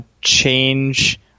change